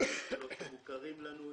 המנגנונים שמוכרים לנו,